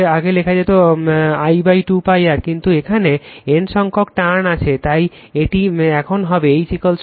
আগে লেখা যেত I 2 π r কিন্তু এখানে N সংখক টার্ন আছে তাই এটি এখন হবে H N I 2 π R